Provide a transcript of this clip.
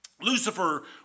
Lucifer